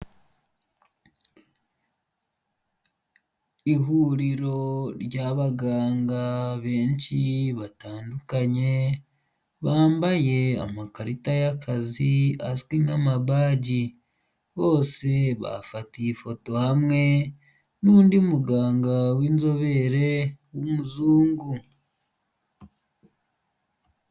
Ihuriro ry'abaganga benshi batandukanye, bambaye amakarita y'akazi azwi nk'amabaji, bose bafatiy’ifoto hamwe n’undi muganga w’inzobere w’umuzungu.